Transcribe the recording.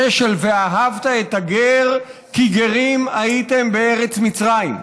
"ואהבת את הגר כי גרים הייתם בארץ מצרים".